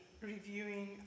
reviewing